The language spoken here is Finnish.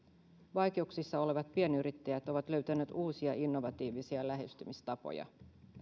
vaikeuksissa olevat pienyrittäjät ovat löytäneet uusia innovatiivisia lähestymistapoja